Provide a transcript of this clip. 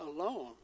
alone